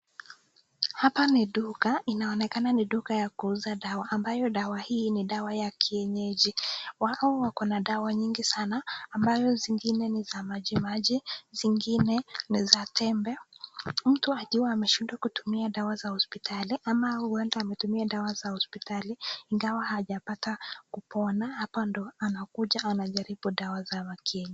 Hapa ni duka, inaonekana ni duka ya kuuza dawa, ambayo dawa hii ni dawa ya kienyeji. Wao wako na dawa nyingi sana, ambayo zingine ni za majimaji, zingine ni za tembe. Mtu ajua ameshindwa kutumia dawa za hospitali ama huenda ametumia dawa za hospitali ingawa hajapata kupona, hapa ndio anakuja anajaribu dawa za wakili.